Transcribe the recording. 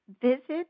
Visit